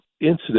incident